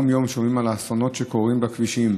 אך מיום ליום שומעים על האסונות שקורים בכבישים,